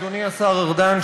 אדוני השר ארדן,